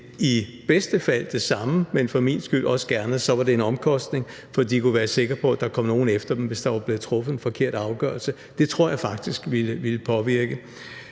i bedste fald det samme, og for min skyld også gerne en omkostning, så de kunne være sikre på, at der kom nogen efter dem, hvis der var blevet truffet en forkert afgørelse. Det tror jeg faktisk ville påvirke